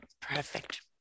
Perfect